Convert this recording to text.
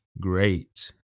great